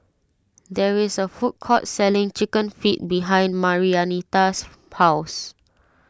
there is a food court selling Chicken Feet behind Marianita's house